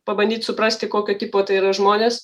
pabandyt suprasti kokio tipo tai yra žmonės